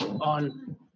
on